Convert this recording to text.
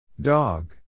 Dog